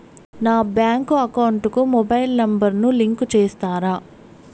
నా bank account కు mobile number ను లింకు చేస్తారా?